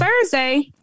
Thursday